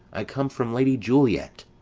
i come from lady juliet.